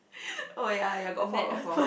oh ya ya got four got four